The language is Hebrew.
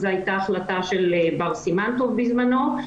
זו הייתה החלטה של בר סימנטוב בזמנו,